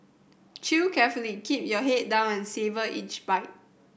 chew carefully keep your head down and savour each bite